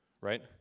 right